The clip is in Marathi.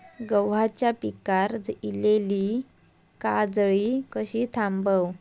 गव्हाच्या पिकार इलीली काजळी कशी थांबव?